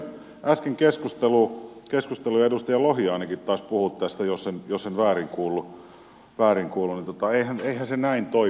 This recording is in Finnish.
kuuntelin äsken keskustelua edustaja lohi ainakin taisi puhua tästä jos en väärin kuullut niin eihän se näin toimi tämä asia